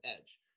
edge